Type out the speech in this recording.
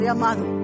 amado